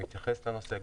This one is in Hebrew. שמתייחס לנושא.